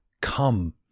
come